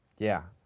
yeah.